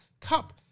Cup